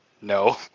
no